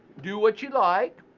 do what you like,